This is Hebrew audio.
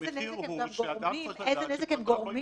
המחיר הוא שאדם צריך לדעת שזה לא יימחק לחלוטין.